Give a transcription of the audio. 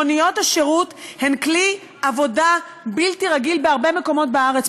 מוניות השירות הן כלי עבודה בלתי רגיל בהרבה מקומות בארץ.